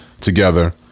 together